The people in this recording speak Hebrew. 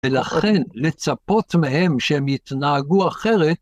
ולכן לצפות מהם שהם יתנהגו אחרי.